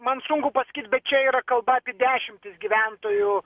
man sunku pasakyt bet čia yra kalba apie dešimtis gyventojų